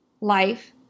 life